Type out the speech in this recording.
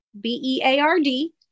B-E-A-R-D